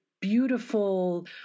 beautiful